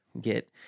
get